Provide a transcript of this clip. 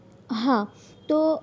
હા તો